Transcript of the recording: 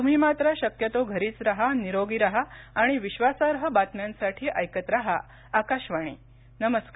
तम्ही मात्र शक्यतो घरीच राहा निरोगी राहा आणि विश्वासाई बातम्यांसाठी ऐकत राहा आकाशवाणी नमस्कार